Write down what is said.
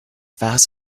fast